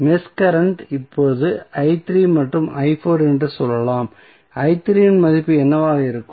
mesh current இப்போது மற்றும் என்று சொல்லலாம் இன் மதிப்பு என்னவாக இருக்கும்